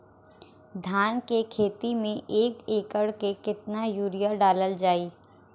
धान के खेती में एक एकड़ में केतना यूरिया डालल जाई?